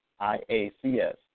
IACS